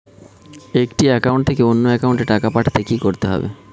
একটি একাউন্ট থেকে অন্য একাউন্টে টাকা পাঠাতে কি করতে হবে?